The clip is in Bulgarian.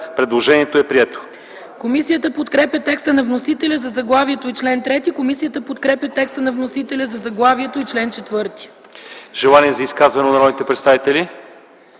Предложението е прието.